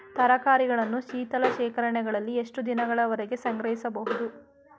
ತರಕಾರಿಗಳನ್ನು ಶೀತಲ ಶೇಖರಣೆಗಳಲ್ಲಿ ಎಷ್ಟು ದಿನಗಳವರೆಗೆ ಸಂಗ್ರಹಿಸಬಹುದು?